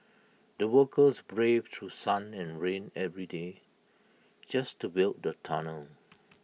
the workers braved through sun and rain every day just to build the tunnel